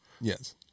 yes